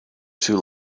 too